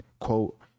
quote